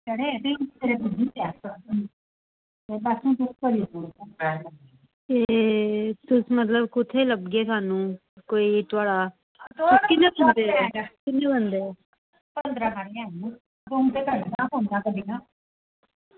ते तुस मतलब कुत्थें लब्भगे शामीं कोई किन्ने बंदे